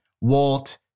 Walt